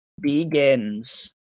begins